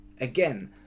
again